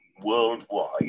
worldwide